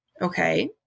Okay